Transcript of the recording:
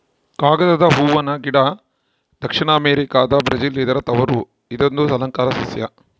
ಕಾಗದ ಹೂವನ ಗಿಡ ದಕ್ಷಿಣ ಅಮೆರಿಕಾದ ಬ್ರೆಜಿಲ್ ಇದರ ತವರು ಇದೊಂದು ಅಲಂಕಾರ ಸಸ್ಯ